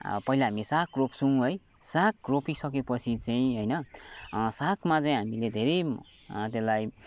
पहिला हामी साग रोप्छौँ है साग रोपिसकेपछि चाहिँ होइन सागमा चाहिँ हामीले धेरै त्यसलाई